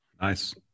Nice